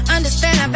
Understand